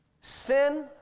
Sin